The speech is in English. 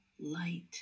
light